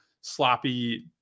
sloppy